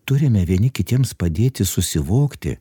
turime vieni kitiems padėti susivokti